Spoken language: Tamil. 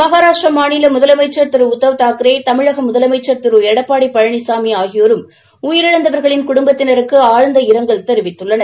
மகாராஷ்டிரா மாநில முதலமைச்ச் திரு உத்தவ் தாக்ரே தமிழக முதலமைச்ச் திரு எடப்பாடி பழனிசாமி ஆகியோரும உயிரிழந்தவர்களின் குடும்பத்தினருக்கு ஆழ்ந்த இரங்கல் தெரிவித்துள்ளனர்